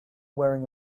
wearing